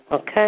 Okay